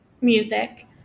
music